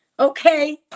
okay